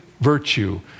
Virtue